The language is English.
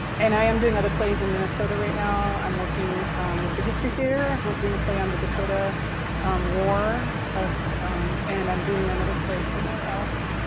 and i am doing other plays in minnesota right now. i'm working with the history theatre. we're doing a play on the dakota war and i'm doing another play somewhere else.